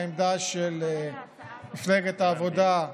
העמדה של מפלגת העבודה,